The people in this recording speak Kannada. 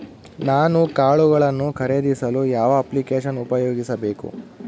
ನಾನು ಕಾಳುಗಳನ್ನು ಖರೇದಿಸಲು ಯಾವ ಅಪ್ಲಿಕೇಶನ್ ಉಪಯೋಗಿಸಬೇಕು?